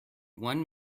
one